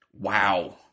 Wow